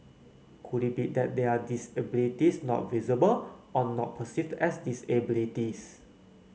could it be that there are disabilities not visible or not perceived as disabilities